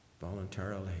Voluntarily